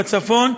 בצפון,